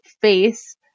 face